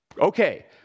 Okay